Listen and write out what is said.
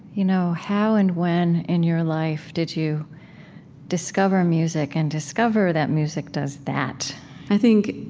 you know how and when in your life did you discover music and discover that music does that i think